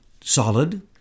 solid